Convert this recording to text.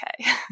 okay